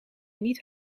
niet